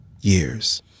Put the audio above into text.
years